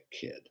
kid